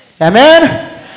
Amen